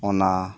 ᱚᱱᱟ